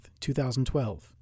2012